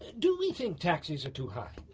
do we think taxes are too high?